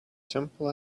simple